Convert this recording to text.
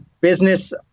business